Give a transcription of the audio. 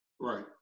Right